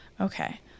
Okay